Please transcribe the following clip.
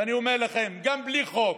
ואני אומר לכם, גם בלי חוק.